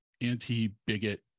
anti-bigot